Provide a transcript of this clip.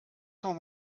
cent